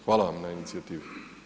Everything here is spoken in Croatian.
Hvala vam na inicijativi.